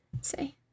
Say